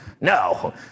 no